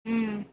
ம்